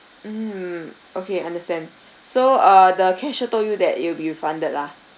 mm okay understand so uh the cashier told you that you'll be refunded lah